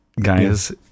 Guys